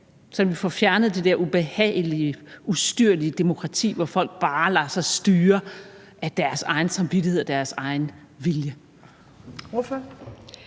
så vi kan få fjernet det der ubehagelige, ustyrlige demokrati, hvor folk bare lader sig styre af deres egen samvittighed og deres egen vilje?